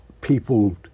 people